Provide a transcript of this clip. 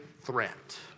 threat